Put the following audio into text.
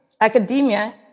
academia